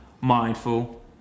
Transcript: mindful